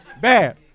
Bad